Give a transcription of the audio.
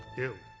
ew